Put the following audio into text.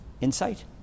insight